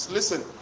Listen